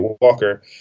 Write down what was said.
Walker